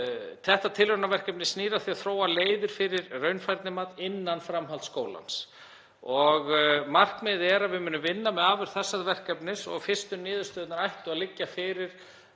Þetta tilraunaverkefni snýr að því að þróa leiðir fyrir raunfærnimat innan framhaldsskólans. Markmiðið er að við munum vinna með afurð þessa verkefnis og fyrstu niðurstöðurnar ættu að liggja fyrir